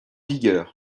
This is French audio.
vigueur